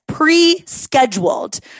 pre-scheduled